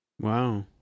wow